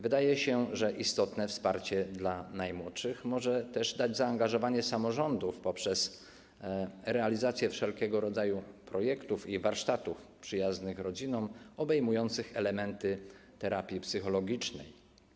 Wydaje się, że istotne wsparcie dla najmłodszych może też dać zaangażowanie samorządów poprzez realizację wszelkiego rodzaju projektów i warsztatów przyjaznych rodzinom, obejmujących elementy terapii psychologicznej.